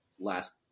last